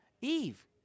Eve